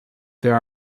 there